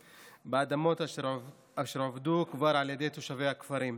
באדמות אשר כבר עובדו על ידי תושבי הכפרים,